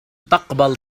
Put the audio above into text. تقبل